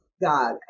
God